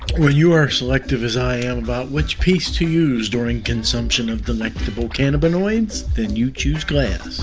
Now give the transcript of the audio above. well, you are selective as i am about which piece to use during consumption of delectable cannabinoids then you choose glands,